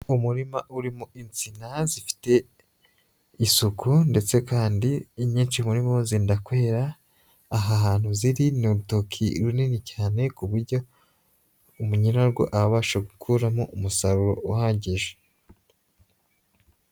Umurima urimo insina zifite isuku ndetse kandi inyinshi muri zo zenda kwera. Aha hantu ziri ni urutoki runini cyane ku buryo umunyirarwo abasha gukuramo umusaruro uhagije.